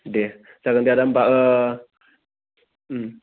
दे जागोन दे आदा होमबा ओह उम